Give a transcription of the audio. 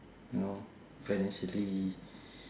you know financially